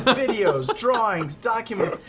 videos, drawings, documents,